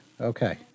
Okay